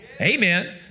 Amen